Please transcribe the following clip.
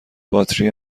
باتری